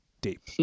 deep